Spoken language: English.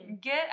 Get